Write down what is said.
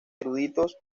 eruditos